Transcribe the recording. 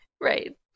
right